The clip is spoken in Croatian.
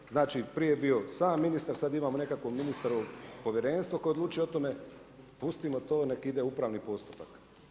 Eto, znači prije je bio sam ministar, sad imamo nekakvog ministara u povjerenstvu, koji odlučuje o tome, pustimo to neka ide upravni postupak.